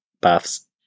Buffs